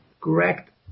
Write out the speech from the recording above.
correct